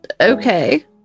okay